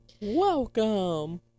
Welcome